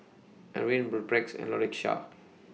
Ervin and Lakeisha